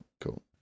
cool